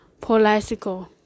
political